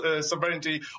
sovereignty